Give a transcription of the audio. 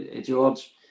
George